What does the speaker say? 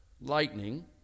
lightning